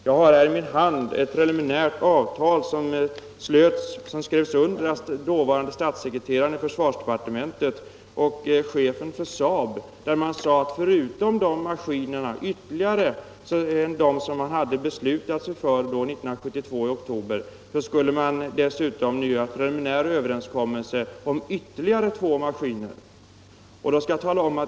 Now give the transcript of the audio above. Jag har här i min hand ett preliminärt avtal som skrevs under av dåvarande statssekreteraren i försvarsdepartementet och chefen för Saab. Man sade där att förutom de maskiner som man hade beslutat sig för i oktober 1972 skulle man träffa preliminär överenskommelse om ytterligare två maskiner.